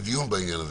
דיון בעניין הזה,